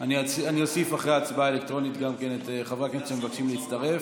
אני אוסיף אחרי ההצבעה האלקטרונית את חברי הכנסת שמבקשים להצטרף.